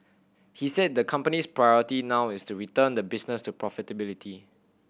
he said the company's priority now is to return the business to profitability